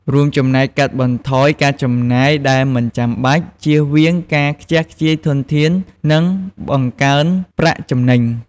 រួមចំណែកកាត់បន្ថយការចំណាយដែលមិនចាំបាច់ ជៀសវាងការខ្ជះខ្ជាយធនធាន និងបង្កើនប្រាក់ចំណេញ។